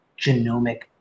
genomic